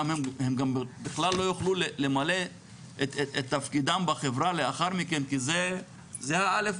הם גם בכלל לא יוכלו למלא את תפקידם בחברה לאחר מכן כי זה הא',